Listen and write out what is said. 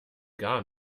gar